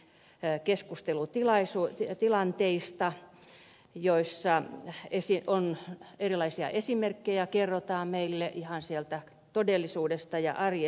pääkeskustelutilaisuuteen noussut omaishoitajien yhdistysten keskustelutilanteista joissa erilaisia esimerkkejä kerrotaan meille ihan sieltä todellisuudesta ja arjesta